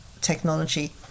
technology